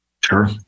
Sure